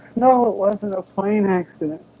no it wasn't a plane accident